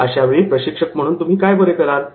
अशावेळी प्रशिक्षक म्हणून तुम्ही काय बरे कराल